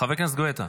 חבר הכנסת גואטה,